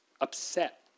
upset